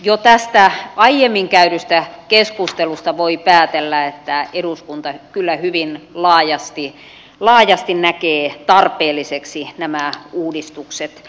jo tästä aiemmin käydystä keskustelusta voi päätellä että eduskunta kyllä hyvin laajasti näkee tarpeelliseksi nämä uudistukset